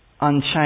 unchanged